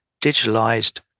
digitalized